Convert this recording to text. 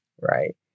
Right